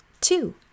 Two